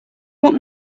what